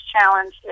challenge